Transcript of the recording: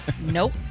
Nope